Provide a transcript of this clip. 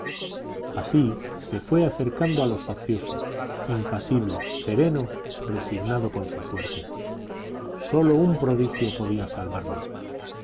así se fue acercando a los facciosos impasible sereno resignado con su suerte sólo un prodigio podía salvarnos